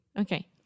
Okay